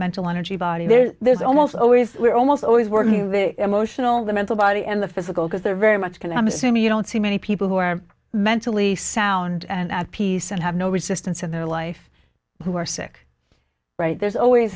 mental energy body there there's almost always we're almost always working the emotional the mental body and the physical because they're very much going to i'm assuming you don't see many people who are mentally sound and at peace and have no resistance in their life who are sick right there's always